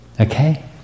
Okay